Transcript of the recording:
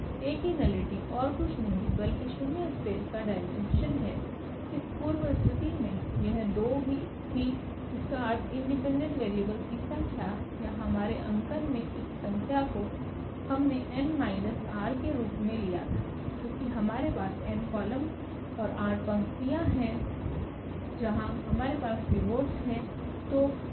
𝐴की nullity ओर कुछ नहीं बल्कि शून्य स्पेस का डाइमेन्शन है इस पूर्व स्थिति में यह 2 थी इसका अर्थ इंडिपेंडेंट वेरिएबल्स की संख्या या हमारे अंकन में इस संख्या को हमने n माइनस r के रूप में लिया था क्योंकि हमारे पास n कॉलम और r पंक्तियाँ हैं जहाँ हमारे पास पिवोट्स हैं